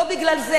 לא בגלל זה,